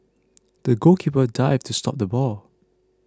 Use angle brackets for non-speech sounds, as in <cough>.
<noise> the goalkeeper dived to stop the ball